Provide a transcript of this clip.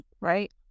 right